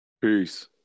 Peace